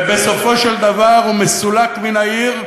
ובסופו של דבר הוא מסולק מן העיר,